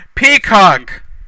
Peacock